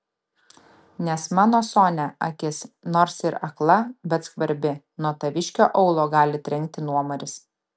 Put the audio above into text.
nes mano sonia akis nors ir akla bet skvarbi nuo taviškio aulo gali trenkti nuomaris